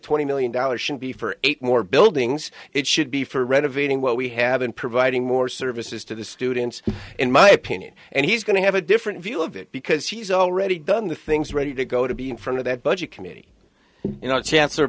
twenty million dollars should be for eight more buildings it should be for renovating what we have and providing more services to the students in my opinion and he's going to have a different view of it because he's already done the things ready to go to be in front of that budget committee you know chance